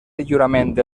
lliurament